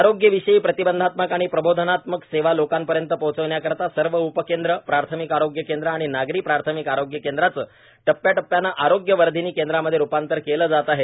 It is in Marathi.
आरोग्यविषयी प्रतिबंधात्मक आणि प्रबोधनात्मक सेवा लोकांपर्यंत पोहोचविण्याकरिता सर्व उपकेंद्र प्राथमिक आरोग्य केंद्र आणि नागरी प्राथमिक आरोग्य केंद्रांचं टप्प्याटप्प्यानं आरोग्यवर्धिनी केंद्रांमध्ये रूपांतर केलं जात आहे